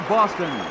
Boston